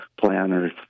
planners